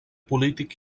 polític